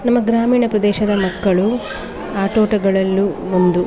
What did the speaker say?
ನಮ್ಮ ಗ್ರಾಮೀಣ ಪ್ರದೇಶದ ಮಕ್ಕಳು ಆಟೋಟಗಳಲ್ಲೂ ಮುಂದು